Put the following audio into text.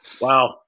wow